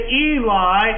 Eli